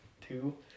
two